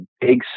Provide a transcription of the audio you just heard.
big